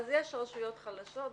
אז יש רשויות חלשות,